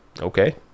okay